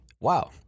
wow